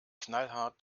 knallhart